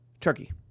Turkey